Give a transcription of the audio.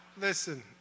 Listen